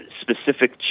specific